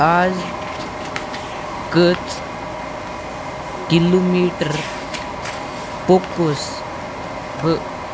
آز کٔژ kilometre پوٚکُس بہٕ